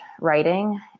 writing